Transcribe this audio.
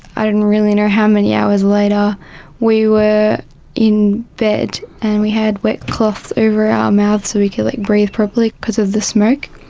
i don't really know how many hours later we were in bed and we had wet cloth over our mouths so we could like breathe properly because of the smoke.